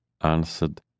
answered